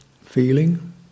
feeling